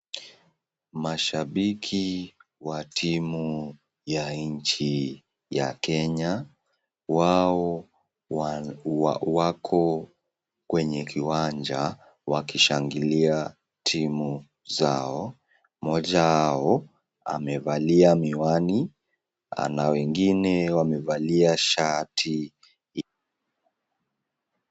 Mashambiki wa timu ya nchi ya Kenya. Wao wako kwenye kiwanja wakishangilia timu zao, moja wao amevalia miwani ana wengine wamevalia shati.